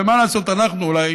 מה לעשות, אנחנו אולי